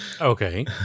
Okay